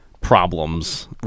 problems